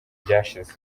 byashize